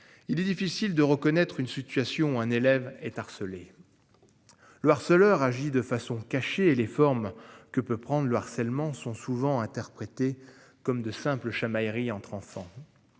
Il est difficile de reconnaître une situation, un élève est harcelé. Le harceleur agi de façon cachée et les formes que peut prendre le harcèlement sont souvent interprétés comme de simples chamailleries entre enfants.